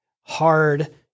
hard